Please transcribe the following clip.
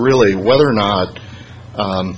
really whether or not